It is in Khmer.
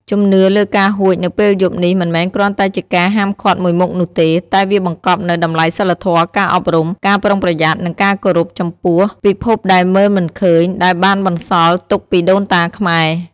ជំនឿលើការហួចនៅពេលយប់នេះមិនមែនគ្រាន់តែជាការហាមឃាត់មួយមុខនោះទេ តែវាបង្កប់នូវ តម្លៃសីលធម៌ ការអប់រំ ការប្រុងប្រយ័ត្ន និងការគោរពចំពោះពិភពដែលមើលមិនឃើញ ដែលបានបន្សល់ទុកពីដូនតាខ្មែរ។